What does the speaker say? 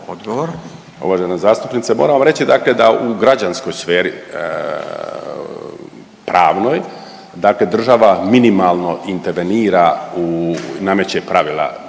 Odgovor.